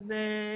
מסודרת.